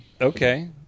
Okay